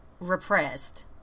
repressed